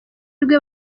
rwe